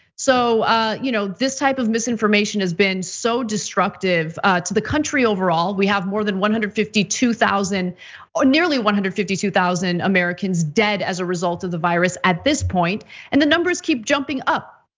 so ah you know this type of misinformation has been so destructive to the country overall. we have more than one hundred and fifty two thousand or nearly one hundred and fifty two thousand americans dead as a result of the virus at this point and the numbers keep jumping up.